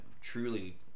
truly